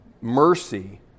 mercy